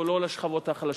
ולא לשכבות החלשות.